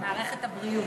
מערכת הבריאות.